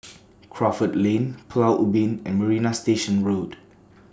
Crawford Lane Pulau Ubin and Marina Station Road